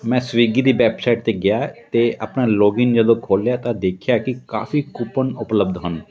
ਮੈਂ ਸਵਿੱਗੀ ਦੀ ਵੈਬਸਾਈਟ 'ਤੇ ਗਿਆ ਅਤੇ ਆਪਣਾ ਲੋਗਿਨ ਜਦੋਂ ਖੋਲ੍ਹਿਆ ਤਾਂ ਦੇਖਿਆ ਕਿ ਕਾਫੀ ਕੂਪਨ ਉਪਲਬਧ ਹਨ